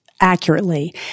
accurately